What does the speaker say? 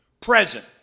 present